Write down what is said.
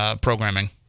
programming